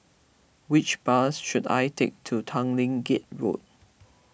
which bus should I take to Tanglin Gate Road